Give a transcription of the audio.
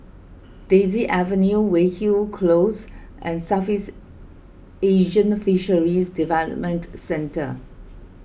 Daisy Avenue Weyhill Close and Southeast Asian Fisheries Development Centre